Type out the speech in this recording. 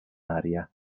aria